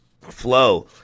Flow